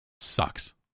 sucks